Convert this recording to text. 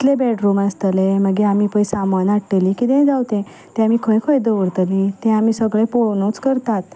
कितले बॅडरूम आसतले मागीर आमी पय सामान हाडटलीं कितेंय जावं तें तें आमी खंय खंय दवरतलीं तें आमी सगळें पळोवनूच करतात